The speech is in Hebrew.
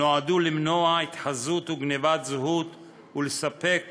נועדו למנוע התחזות וגנבת זהות ולספק